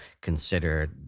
consider